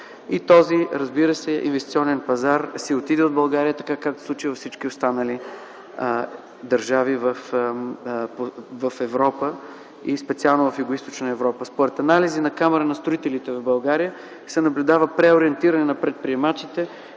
площи. Този инвестиционен пазар си отиде от България, разбира се, както се случи във всички останали държави в Европа и специално в Югоизточна Европа. Според анализ на Камарата на строителите в България се наблюдава преориентиране на предприемачите